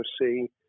see